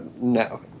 no